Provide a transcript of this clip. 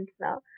now